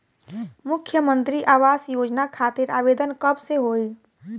मुख्यमंत्री आवास योजना खातिर आवेदन कब से होई?